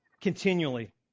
continually